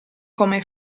come